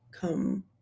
come